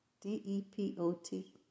D-E-P-O-T